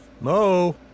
Mo